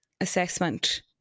assessment